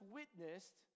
witnessed